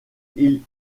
ils